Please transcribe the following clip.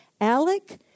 Alec